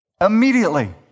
Immediately